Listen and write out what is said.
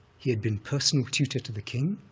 he had been personal tutor to the king.